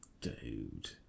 Dude